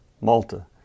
Malta